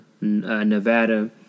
nevada